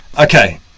Okay